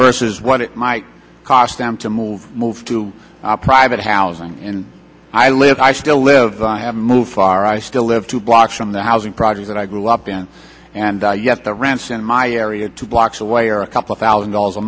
versus what it might cost them to move move to private housing and i live i still live i have moved far i still live two blocks from the housing project that i grew up in and yet the rents in my area two blocks away are a couple thousand dollars a